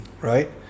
Right